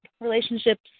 relationships